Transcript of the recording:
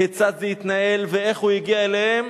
כיצד זה התנהל, ואיך הוא הגיע אליהם?